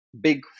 big